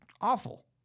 awful